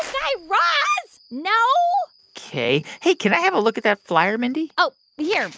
guy raz, no ok. hey, can i have a look at that flier, mindy? oh, here,